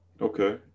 Okay